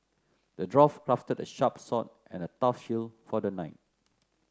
the dwarf crafted a sharp sword and a tough shield for the knight